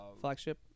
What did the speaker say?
flagship